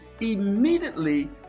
immediately